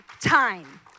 time